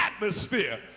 atmosphere